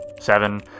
seven